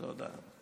תודה.